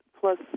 Plus